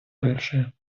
перше